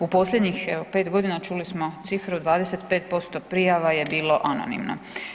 U posljednjih pet godina čuli smo cifru 25% prijava je bilo anonimno.